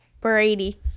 Brady